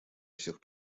всех